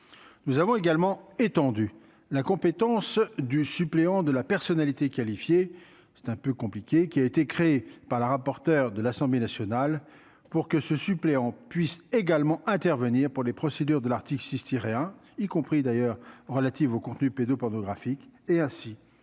nous avons également étendu la compétence du suppléant de la personnalité qualifiée, c'est un peu compliqué, qui a été créé par le rapporteur de l'Assemblée nationale pour que ce suppléant puissent également intervenir pour les procédures de l'article 6 tirer hein, y compris d'ailleurs relatives au contenu pédo-pornographiques et ainsi